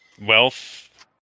wealth